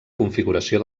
configuració